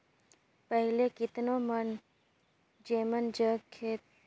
केतनो परिवार मन जेमन जग खेत खाएर नी रहें ओमन काम बूता करे बर दूसर राएज घलो जाथें